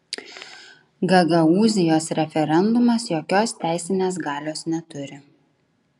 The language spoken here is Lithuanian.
gagaūzijos referendumas jokios teisinės galios neturi